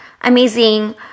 amazing